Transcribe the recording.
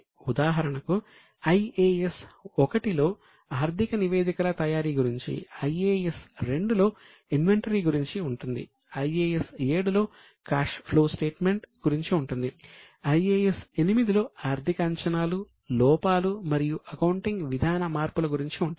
ఉదాహరణకు IAS 1 లో ఆర్థిక నివేదికల తయారీ గురించి IAS 2 లో ఇన్వెంటరీ గురించి ఉంటుంది IAS 8 లో ఆర్థిక అంచనాలు లోపాలు మరియు అకౌంటింగ్ విధాన మార్పుల గురించి ఉంటుంది